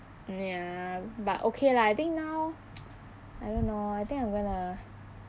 ya but okay lah I think now I don't know I think I'm gonna